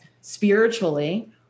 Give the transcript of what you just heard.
Spiritually